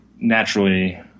naturally